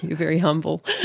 very humble.